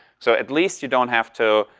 so at least you don't have to,